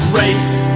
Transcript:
race